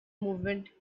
movement